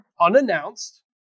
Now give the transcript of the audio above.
unannounced